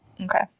Okay